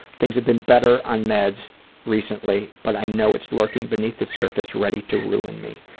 things have been better on meds recently but i know it's lurking beneath the surface, ready to ruin me.